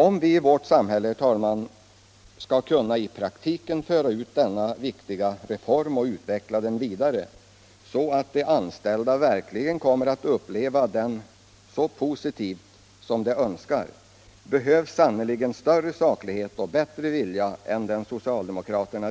Om vi i vårt samhälle, herr talman, skall kunna föra ut denna viktiga reform i praktiken och utveckla den vidare så att de anställda verkligen kommer att uppleva den så positivt som de önskar behövs sannerligen större saklighet och bättre vilja än den socialdemokraterna